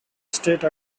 state